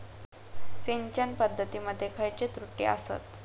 सिंचन पद्धती मध्ये खयचे त्रुटी आसत?